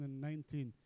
2019